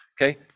okay